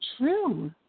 true